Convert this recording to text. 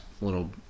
little